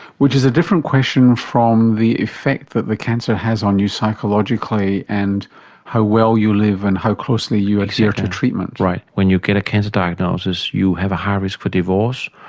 which is a different question from the effect that the cancer has on you psychologically and how well you live and how closely you adhere to treatment. right. when you get a cancer diagnosis you have a higher risk for divorce,